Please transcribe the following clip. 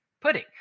pudding